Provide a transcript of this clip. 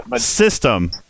system